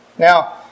Now